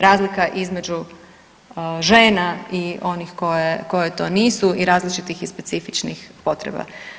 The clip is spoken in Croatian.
Razlika između žena i onih koje to nisu i različitih i specifičnih potreba.